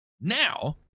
Now